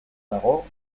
dago